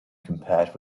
compared